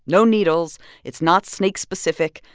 no needles it's not snake-specific,